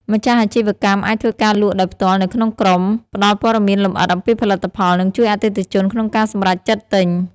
ម្ចាស់អាជីវកម្មអាចធ្វើការលក់ដោយផ្ទាល់នៅក្នុងក្រុម ផ្ដល់ព័ត៌មានលម្អិតអំពីផលិតផល និងជួយអតិថិជនក្នុងការសម្រេចចិត្តទិញ។